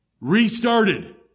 restarted